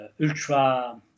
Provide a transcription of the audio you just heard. ultra